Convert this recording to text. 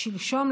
שלשום,